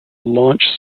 launch